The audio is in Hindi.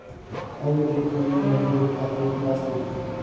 अरुण के फोन में मैने ऋण खाते की राशि देखी